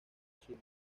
chile